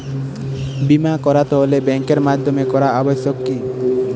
বিমা করাতে হলে ব্যাঙ্কের মাধ্যমে করা আবশ্যিক কি?